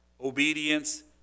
obedience